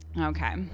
Okay